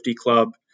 club